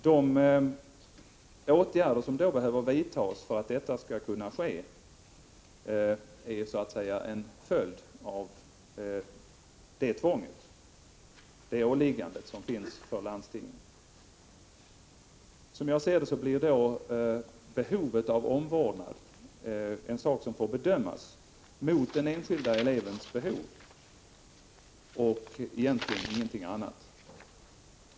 De åtgärder som behöver vidtas för att detta skall kunna ske är en följd av det åliggande som gäller för landstingen. Som jag ser det blir då behovet av omvårdnad en sak som får ställas mot den enskilde elevens behov och egentligen ingenting annat.